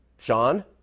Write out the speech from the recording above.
Sean